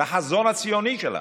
לחזון הציוני שלנו,